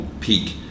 peak